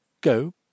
Go